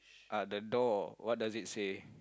ah the door what does it say